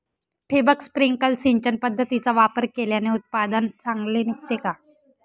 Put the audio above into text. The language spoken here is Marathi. ठिबक, स्प्रिंकल सिंचन पद्धतीचा वापर केल्याने उत्पादन चांगले निघते का?